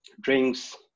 drinks